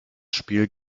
spiel